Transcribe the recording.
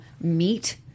meet